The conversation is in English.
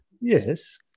Yes